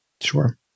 Sure